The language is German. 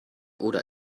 oder